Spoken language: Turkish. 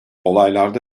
olaylarda